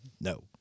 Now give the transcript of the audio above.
No